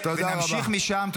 ונמשיך משם.